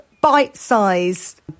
bite-sized